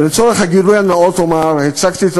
לצורך הגילוי הנאות אומר שאני הצגתי את